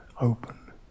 open